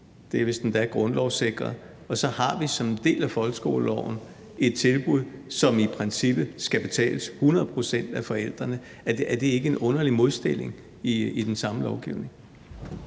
det er vist endda grundlovssikret – og så har vi som en del af folkeskoleloven et tilbud, som i princippet skal betales 100 pct. af forældrene? Er det ikke en underlig modstilling i den samme lovgivning?